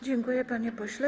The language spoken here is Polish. Dziękuję, panie pośle.